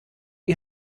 ihr